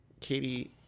Katie